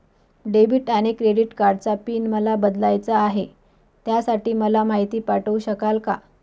Debit आणि credit कार्डचा PIN मला बदलायचा आहे, त्यासाठी मला माहिती पाठवू शकाल का?